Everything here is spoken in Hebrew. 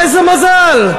איזה מזל.